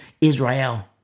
Israel